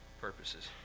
purposes